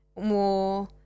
more